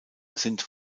sind